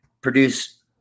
produce